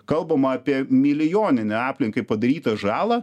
kalbama apie milijoninę aplinkai padarytą žalą